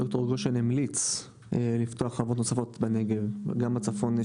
ד"ר גושן המליץ לפתוח חברות נוספות בנגב גם בצפון.